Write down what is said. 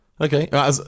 Okay